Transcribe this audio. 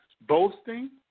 boasting